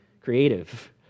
creative